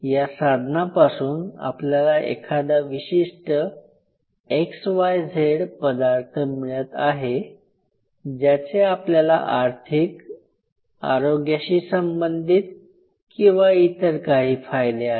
या साधनापासून आपल्याला एखादा विशिष्ट "xyz" पदार्थ मिळत आहे ज्याचे आपल्या आर्थिक आरोग्याशी संबंधित किंवा इतर काही फायदे आहेत